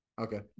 okay